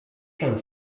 się